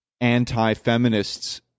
anti-feminists